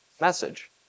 message